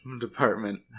department